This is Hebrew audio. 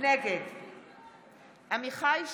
נגד עמיחי שיקלי,